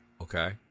Okay